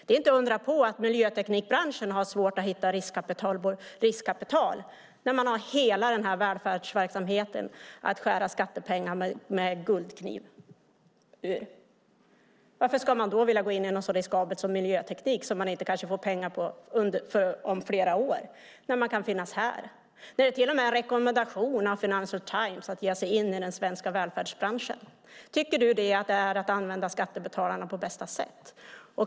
Det är inte att undra på att miljöteknikbranschen har svårt att hitta riskkapital när man har hela välfärdsverksamheten där man kan skära guld - skattepengar - med kniv. Varför skulle man vilja gå in i något så riskabelt som miljöteknik, där man kanske inte får utdelning för förrän om flera år, när man kan finnas här? Det ges till och med en rekommendation i Financial Times att ge sig in i den svenska välfärdsbranschen. Tycker du att detta är att använda skattebetalarnas pengar på bästa sätt?